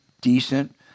decent